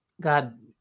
God